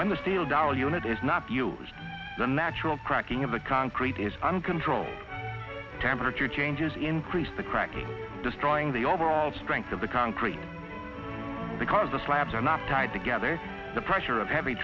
when the steel tao unit is not used the natural cracking of the concrete is uncontrolled temperature changes increase the cracking destroying the overall strength of the concrete because the slabs are not tied together the pressure of heavy